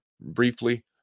briefly